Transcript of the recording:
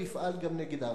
הוא יפעל גם נגד הערבים.